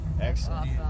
Excellent